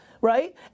right